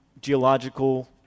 geological